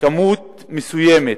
כמות מסוימת